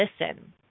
listen